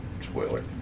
spoiler